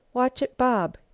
watch it bob.